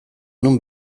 non